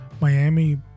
Miami